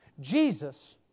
Jesus